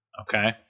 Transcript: Okay